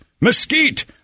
mesquite